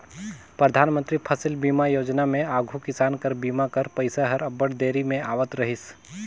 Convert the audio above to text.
परधानमंतरी फसिल बीमा योजना में आघु किसान कर बीमा कर पइसा हर अब्बड़ देरी में आवत रहिस